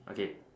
okay